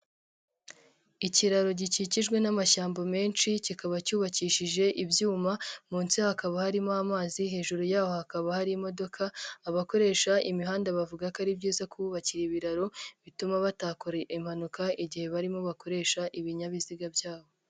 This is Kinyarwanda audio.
Ikiraro gikikijwe n'amashyamba menshi kikaba cyubakishije ibyuma munsi hakaba harimo amazi, hejuru yaho hakaba hari imodoka, abakoresha imihanda bavuga ko ari byiza kububakira ibiraro bituma batakora impanuka igihe barimo bakoresha ibinyabiziga byabo.